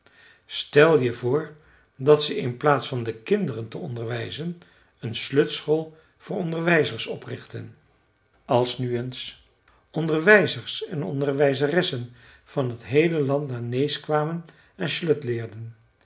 stel je voor dat ze in plaats van de kinderen te onderwijzen een slöjdschool voor onderwijzers oprichtten als nu eens onderwijzers en onderwijzeressen van t heele land naar nääs kwamen en slöjd leerden